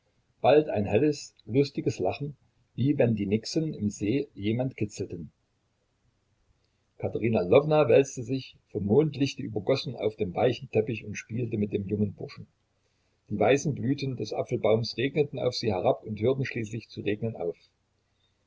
bald ein helles lustiges lachen wie wenn die nixen im see jemand kitzelten katerina lwowna wälzte sich vom mondlichte übergossen auf dem weichen teppich und spielte mit dem jungen burschen die weißen blüten des apfelbaums regneten auf sie herab und hörten schließlich zu regnen auf